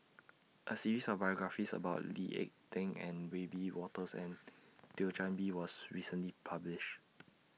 A series of biographies about Lee Ek Tieng and Wiebe Wolters and Thio Chan Bee was recently published